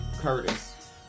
curtis